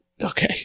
Okay